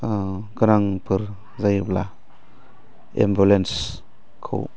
गोनांफोर जायोब्ला एम्बुलेन्सखौ